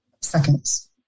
seconds